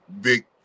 big